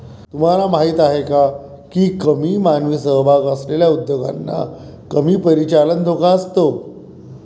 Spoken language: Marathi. तुम्हाला माहीत आहे का की कमी मानवी सहभाग असलेल्या उद्योगांना कमी परिचालन धोका असतो?